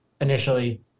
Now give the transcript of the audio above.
initially